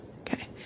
Okay